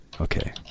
Okay